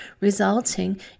resulting